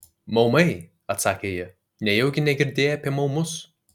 maumai atsakė ji nejaugi negirdėjai apie maumus